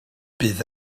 bydd